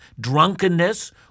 drunkenness